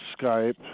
skype